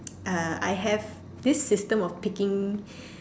uh I have this system of picking